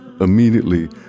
immediately